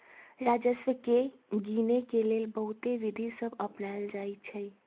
राजस्व के गिनेके लेल बहुते विधि सभ अपनाएल जाइ छइ